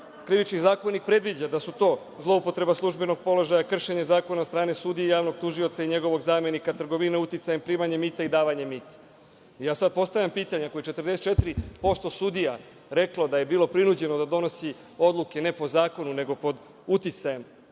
Krivični zakonik predviđa da su to zloupotreba službenog položaja, kršenje zakona od strane sudije, javnog tužioca i njegovog zamenika, trgovina uticajem, primanje mita i davanje mita. Sada postavljam pitanje - ako je 44% sudija reklo da je bilo prinuđeno da donosi odluke ne po zakonu, nego pod uticajem,